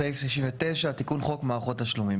סעיף 69 תיקון חוק מערכות תשלומים.